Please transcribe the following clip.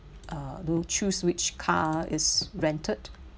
uh to choose which car is rented